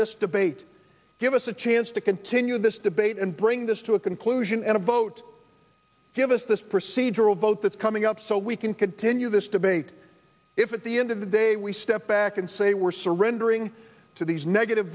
this debate give us a chance to continue this debate and bring this to a conclusion and a vote give us this procedural vote that's coming up so we can continue this debate if at the end of the day we step back and say we're surrendering to these negative